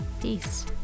Peace